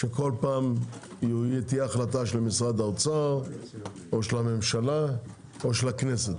שכל פעם תהיה החלטה של משרד האוצר או של הממשלה או של הכנסת.